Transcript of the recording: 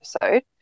episode